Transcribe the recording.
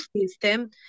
system